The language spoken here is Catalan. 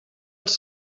els